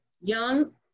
young